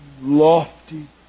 lofty